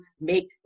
make